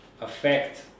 affect